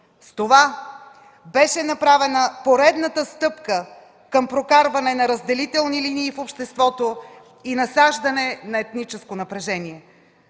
С това беше направена поредната стъпка към прокарване на разделителни линии в обществото и насаждане на етническо напрежение.